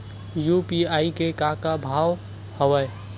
UPI के का का लाभ हवय?